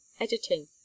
editing